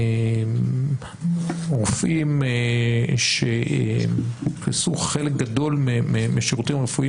רוב הרופאים שתפסו חלק גדול מהשירותים הרפואיים